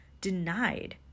denied